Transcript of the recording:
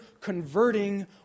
converting